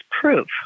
proof